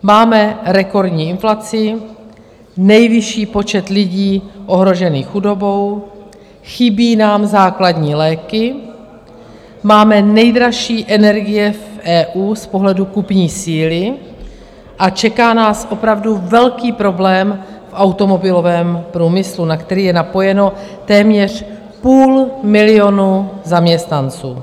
Máme rekordní inflaci, nejvyšší počet lidí ohrožených chudobou, chybí nám základní léky, máme nejdražší energie v EU z pohledu kupní síly a čeká nás opravdu velký problém v automobilovém průmyslu, na který je napojeno téměř půl milionu zaměstnanců.